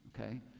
Okay